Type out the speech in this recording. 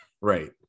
right